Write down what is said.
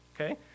Okay